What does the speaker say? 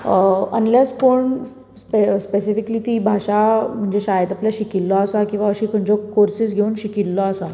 अ unless कोण स्प specifically ती भाशा म्हणजे शाळेंत आपल्या शिकिल्लो आसा किंवा अश्यो खंयच्यो कोर्सीस घेवन शिकिल्लो आसा